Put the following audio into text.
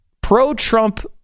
pro-Trump